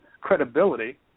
credibility